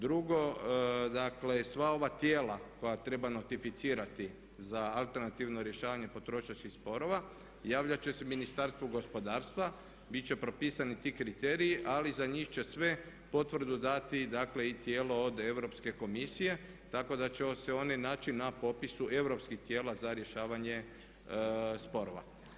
Drugo, dakle sva ova tijela koja treba nostrificirati za alternativno rješavanje potrošačkih sporova javljat će se Ministarstvu gospodarstva, bit će propisani ti kriteriji ali za njih će sve potvrdu dati dakle i tijelo od Europske komisije tako da će se one naći na popisu europskih tijela za rješavanje sporova.